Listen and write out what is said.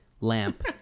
lamp